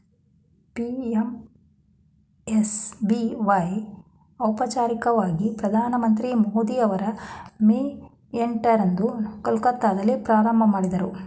PMSBY ಔಪಚಾರಿಕವಾಗಿ ಪ್ರಧಾನಮಂತ್ರಿ ಮೋದಿ ಅವರು ಮೇ ಎಂಟ ರಂದು ಕೊಲ್ಕತ್ತಾದಲ್ಲಿ ಪ್ರಾರಂಭಮಾಡಿದ್ರು